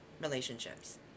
relationships